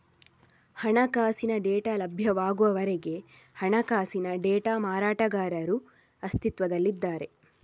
ಹಣಕಾಸಿನ ಡೇಟಾ ಲಭ್ಯವಾಗುವವರೆಗೆ ಹಣಕಾಸಿನ ಡೇಟಾ ಮಾರಾಟಗಾರರು ಅಸ್ತಿತ್ವದಲ್ಲಿದ್ದಾರೆ